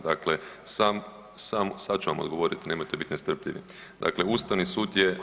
Dakle, sam, sam, sad ću vam odgovorit nemojte biti nestrpljivi, dakle Ustavni sud je